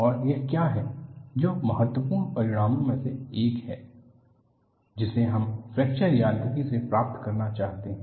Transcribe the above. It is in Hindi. और यह क्या हैजो महत्वपूर्ण परिणामों में से एक है जिसे हम फ्रैक्चर यांत्रिकी से प्राप्त करना चाहते हैं